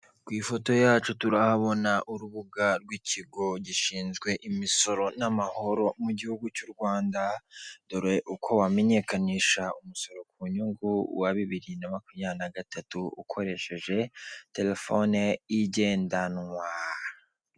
Ku ifoto yacu turahabona urubuga rw'ikigo gishinzwe imisoro n'amahoro mu gihugu cy'Urwanda, dore uko wamenyekanisha umusoro ku nyungu wa bibiri na makumyabiri na gatatu ukoresheje telefone igendanwa.